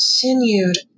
continued